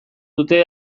dute